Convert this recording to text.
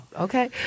Okay